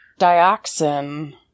Dioxin